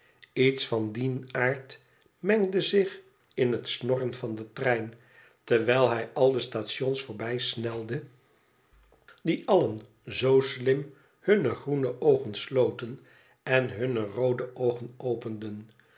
iets van dien aard mengde zich m het snorren van den trein terwijl hij al de stations voorbijsnelde die allen zoo slim hunne groene oogen sloten en hunne roode oogen openden